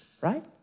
Right